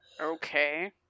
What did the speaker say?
Okay